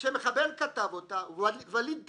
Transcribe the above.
שמחבר כתב אותה, ואליד דקה,